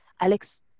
Alex